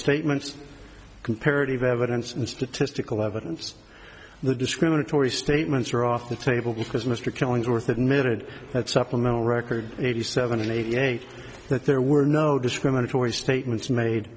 statements comparative evidence and statistical evidence the discriminatory statements are off the table because mr killingsworth admitted that supplemental record eighty seven eighty eight that there were no discriminatory statements made